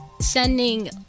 sending